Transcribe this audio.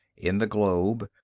in the globe,